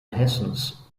hessens